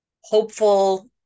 hopeful